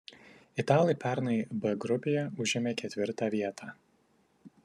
italai pernai b grupėje užėmė ketvirtą vietą